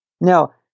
Now